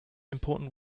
important